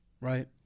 right